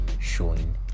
showing